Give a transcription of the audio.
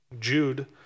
Jude